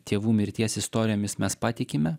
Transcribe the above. tėvų mirties istorijomis mes patikime